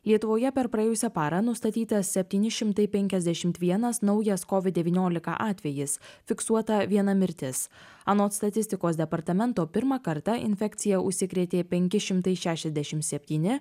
lietuvoje per praėjusią parą nustatytas septyni šimtai penkiasdešimt vienas naujas kovid devyniolika atvejis fiksuota viena mirtis anot statistikos departamento pirmą kartą infekcija užsikrėtė penki šimtai šešiasdešim septyni